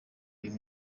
uyu